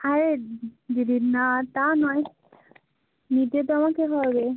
আরে দিদি না তা নয় নিতে তো আমাকে হবে